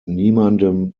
niemandem